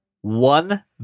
one